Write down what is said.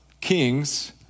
kings